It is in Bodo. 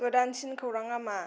गोदानसिन खौराङा मा